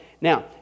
Now